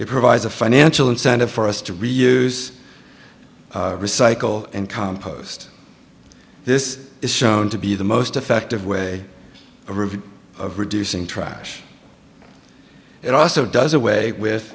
it provides a financial incentive for us to reuse recycle and compost this is shown to be the most effective way of reducing trash it also does away with